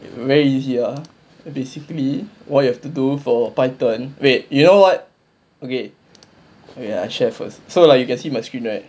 very easy ah basically what you have to do for python wait you know what wait wait ah I share first so like you can see my screen right